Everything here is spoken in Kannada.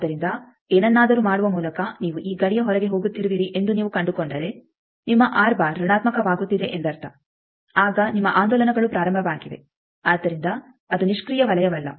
ಆದ್ದರಿಂದ ಏನನ್ನಾದರೂ ಮಾಡುವ ಮೂಲಕ ನೀವು ಈ ಗಡಿಯ ಹೊರಗೆ ಹೋಗುತ್ತಿರುವಿರಿ ಎಂದು ನೀವು ಕಂಡುಕೊಂಡರೆ ನಿಮ್ಮ ಋಣಾತ್ಮಕವಾಗುತ್ತಿದೆ ಎಂದರ್ಥ ಆಗ ನಿಮ್ಮ ಆಂದೋಲನಗಳು ಪ್ರಾರಂಭವಾಗಿವೆ ಆದ್ದರಿಂದ ಅದು ನಿಷ್ಕ್ರಿಯ ವಲಯವಲ್ಲ